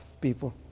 people